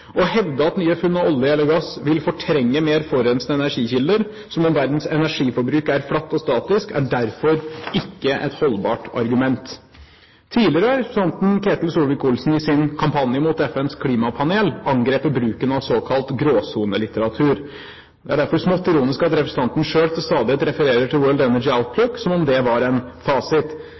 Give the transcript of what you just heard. Å hevde at nye funn av olje eller gass vil fortrenge mer forurensende energikilder, som om verdens energiforbruk er flatt og statisk, er derfor ikke et holdbart argument. Tidligere har representanten Ketil Solvik-Olsen i sin kampanje mot FNs klimapanel angrepet bruken av såkalt gråsonelitteratur. Det er derfor smått ironisk at representanten selv til stadighet refererer til World Energy Outlook, som om det var en fasit.